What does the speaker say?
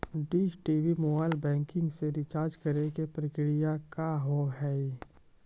Dish TV mobile banking से recharge करे के प्रक्रिया का हाव हई?